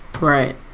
Right